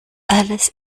alles